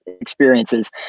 experiences